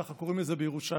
כך קוראים לזה בירושלים,